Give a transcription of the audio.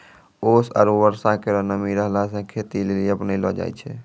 ओस आरु बर्षा केरो नमी रहला सें खेती लेलि अपनैलो जाय छै?